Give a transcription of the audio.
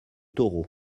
taureau